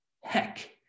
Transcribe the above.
heck